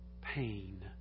pain